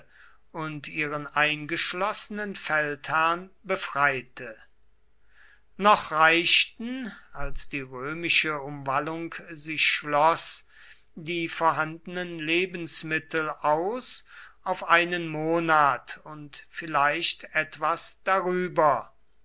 und ihren eingeschlossenen feldherrn befreite noch reichten als die römische umwallung sich schloß die vorhandenen lebensmittel aus auf einen monat und vielleicht etwas darüber